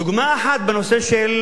דוגמה אחת היא בנושא של